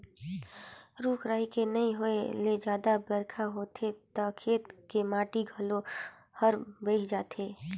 रूख राई के नइ होए ले जादा बइरखा होथे त खेत के माटी घलो हर बही जाथे